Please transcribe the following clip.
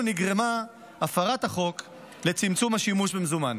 נגרמה הפרת החוק לצמצום השימוש במזומן.